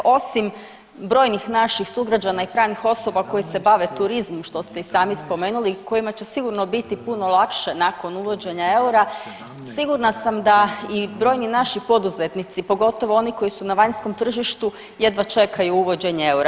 Osim brojnih naših sugrađana i pravnih osoba koje se bave turizmom što ste i sami spomenuli kojima će sigurno biti puno lakše nakon uvođenja eura sigurna sam da i brojni naši poduzetnici pogotovo oni koji su na vanjskom tržištu jedva čekaju uvođenje eura.